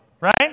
right